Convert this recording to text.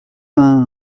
vingt